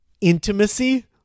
intimacy